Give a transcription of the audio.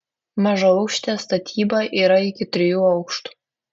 mažaaukštė statyba yra iki trijų aukštų